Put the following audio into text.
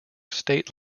state